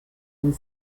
and